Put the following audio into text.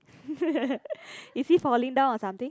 is he falling down or something